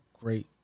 great